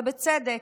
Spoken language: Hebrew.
ובצדק.